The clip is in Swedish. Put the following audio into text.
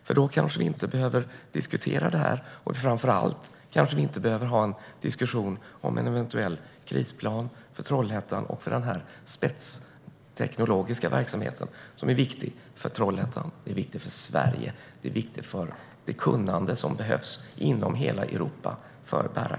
I så fall kanske vi inte behöver diskutera detta, och framför allt kanske vi inte behöver ha en diskussion om en eventuell krisplan för Trollhättan och denna spetsteknologiska verksamhet som är viktig för Trollhättan, för Sverige och för det kunnande om bärraketer som behövs inom hela Europa.